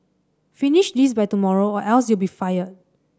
finish this by tomorrow or else you'll be fired